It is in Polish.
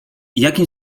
jakim